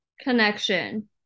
connection